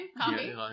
coffee